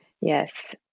Yes